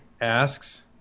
asks